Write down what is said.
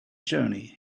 journey